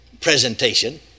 presentation